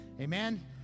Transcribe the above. Amen